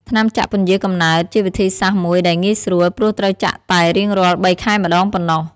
ថ្នាំចាក់ពន្យារកំណើត ជាវិធីសាស្ត្រមួយដែលងាយស្រួល ព្រោះត្រូវចាក់តែរៀងរាល់ ៣ ខែម្តងប៉ុណ្ណោះ។